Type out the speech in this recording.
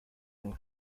and